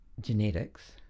genetics